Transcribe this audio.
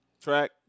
Track